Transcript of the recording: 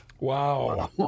Wow